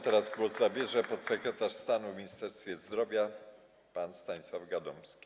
Teraz głos zabierze podsekretarz stanu w Ministerstwie Zdrowia pan Sławomir Gadomski.